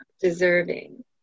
deserving